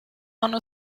anno